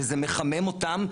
וזה מחמם אותם,